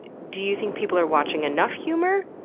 do you think people are watching enough humor?